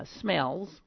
smells